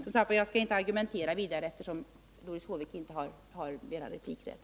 Jag skall som sagt inte argumentera vidare, eftersom Doris Håvik inte har någon replikrätt.